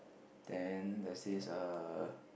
then there's this err